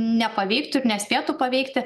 nepaveiktų ir nespėtų paveikti